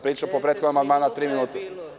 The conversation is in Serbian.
Pričao sam o prethodnom amandmanu tri minuta.